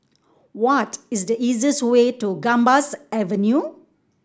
what is the easiest way to Gambas Avenue